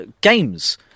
games